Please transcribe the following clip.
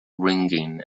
ringing